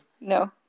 No